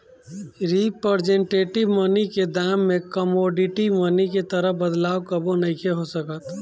representative money के दाम में कमोडिटी मनी के तरह बदलाव कबो नइखे हो सकत